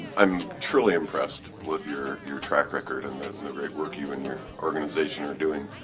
i'm truly impressed with your your track record and the and the great work you and your organization are doing.